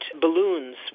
balloons